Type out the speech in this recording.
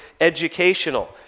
educational